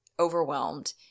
overwhelmed